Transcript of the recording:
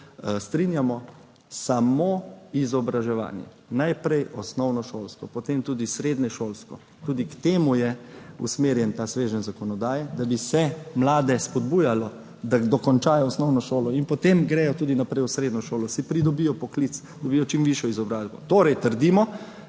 strinjamo, samo izobraževanje, najprej osnovnošolsko, potem tudi srednješolsko, tudi k temu je usmerjen ta sveženj zakonodaje, da bi se mlade spodbujalo, da dokončajo osnovno šolo in potem gredo tudi naprej v srednjo šolo, si pridobijo poklic, dobijo čim višjo izobrazbo. Torej trdimo,